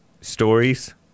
stories